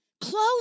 Close